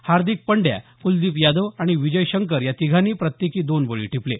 हार्दिक पंड्या कुलदीप यादव आणि विजय शंकर या तिघांनी प्रत्येकी दोन बळी टिपले